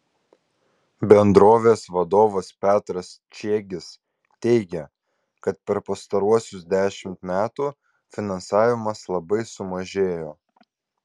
bendrovės vadovas petras čiegis teigė kad per pastaruosius dešimt metų finansavimas labai sumažėjo